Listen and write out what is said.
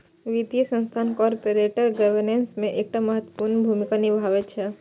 वित्तीय संस्थान corporate governance मे एकटा महत्वपूर्ण भूमिका निभाबै छै